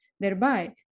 Thereby